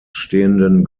stehenden